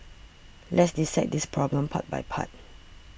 let's dissect this problem part by part